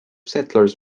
settlers